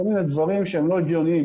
כל מיני דברים שהם לא הגיוניים.